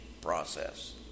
process